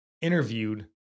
interviewed